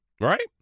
right